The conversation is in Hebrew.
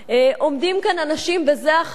עומדים כאן אנשים בזה אחר זה,